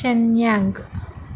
Shenyang